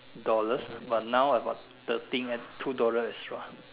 dollars but now about thirteen and two dollar extra